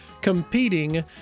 competing